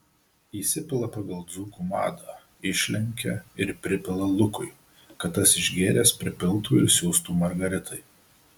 įsipila pagal dzūkų madą išlenkia ir pripila lukui kad tas išgėręs pripiltų ir siųstų margaritai